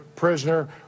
prisoner